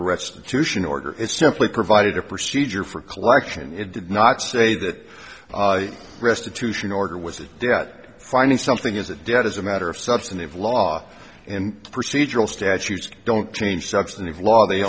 restitution order it simply provided a procedure for collection it did not say that restitution order was a debt finding something is it dead as a matter of substantive law and procedural statutes don't change substantive law they